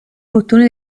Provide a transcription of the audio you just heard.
bottone